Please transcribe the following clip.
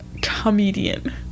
comedian